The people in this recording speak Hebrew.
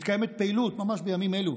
מתקיימת פעילות ממש בימים אלו,